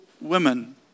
women